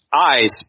eyes